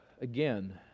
again